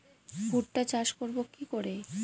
ভুট্টা চাষ করব কি করে?